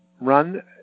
run